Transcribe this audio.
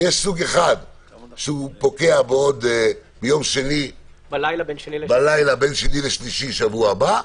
סוג אחד שהוא פוקע ביום שני בלילה שבין שני לשלישי שבוע הבא,